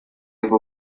boo